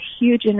huge